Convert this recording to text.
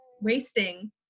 wasting